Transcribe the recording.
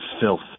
filth